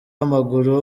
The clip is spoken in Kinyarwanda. w’amaguru